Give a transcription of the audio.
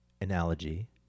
analogy